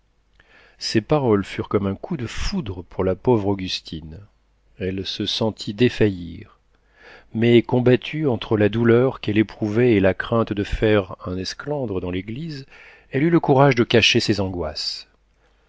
ces paroles furent comme un coup de foudre pour la pauvre augustine elle se sentit défaillir mais combattue entre la douleur qu'elle éprouvait et la crainte de faire un esclandre dans l'église elle eut le courage de cacher ses angoisses